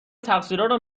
تقصیرارو